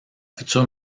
futur